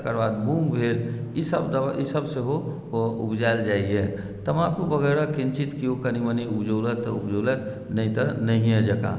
तकर बाद मूँग भेल ई सभ ई सभ सेहो उपजायल जाइए तमाकू वगैरह किञ्चित कियो कनी मनी उपजौलथि तऽ उपजौलथि नहि तऽ नहिए जकाँ